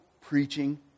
preaching